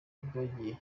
bwagiye